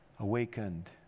awakened